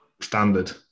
standard